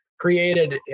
created